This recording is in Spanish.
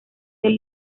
del